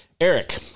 Eric